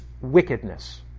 wickedness